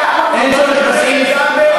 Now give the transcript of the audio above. אין צורך בסעיף.